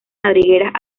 madrigueras